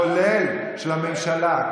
כולל של הממשלה,